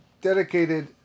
dedicated